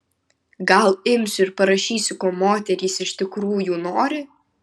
gal imsiu ir parašysiu ko moterys iš tikrųjų nori